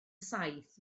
saith